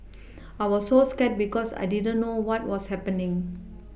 I was so scared because I didn't know what was happening